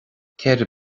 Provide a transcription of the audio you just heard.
ceithre